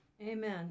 Amen